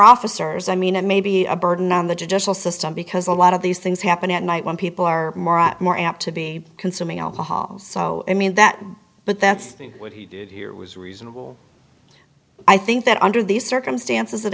officers i mean it may be a burden on the judicial system because a lot of these things happen at night when people are more apt to be consuming alcohol so i mean that but that's what he did here was reasonable i think that under these circumstances it